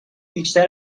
بیشتر